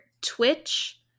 twitch